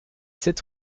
sept